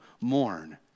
mourn